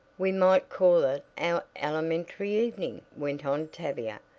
we might call it our elementary evening, went on tavia,